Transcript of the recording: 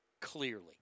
Clearly